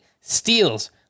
steals